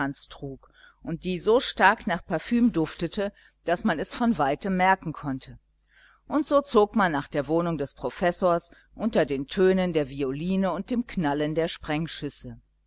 trug und die so stark nach parfüm duftete daß man es von weitem merken konnte und so zog man nach der wohnung des professors unter den tönen der violine und dem knallen der